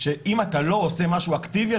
אם אתה לא עושה משהו אקטיבי,